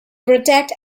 protect